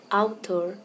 outdoor